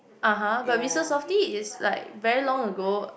(uh huh) but Mister softee is like very long ago